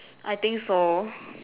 I think so